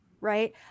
right